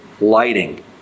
Lighting